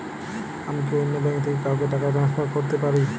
আমি কি অন্য ব্যাঙ্ক থেকে কাউকে টাকা ট্রান্সফার করতে পারি?